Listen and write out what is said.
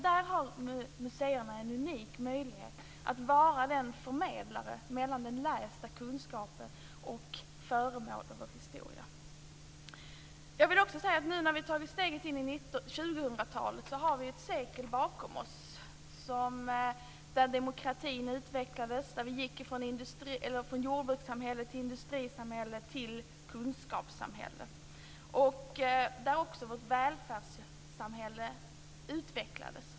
Där har museerna en unik möjlighet att vara en länk mellan den kunskap man läser sig till och föremål ur vår historia. Jag vill också säga att vi, nu när vi har tagit steget in i 2000-talet, har ett sekel bakom oss då demokratin utvecklades, då vi gick från jordbrukssamhälle till industrisamhälle till kunskapssamhälle och då vårt välfärdssamhälle utvecklades.